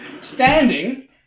standing